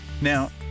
now